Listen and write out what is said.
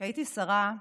כשהייתי שרה,